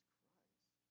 Christ